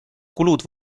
kulud